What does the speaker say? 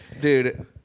Dude